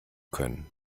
können